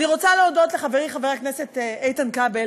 אני רוצה להודות לחברי חבר הכנסת איתן כבל,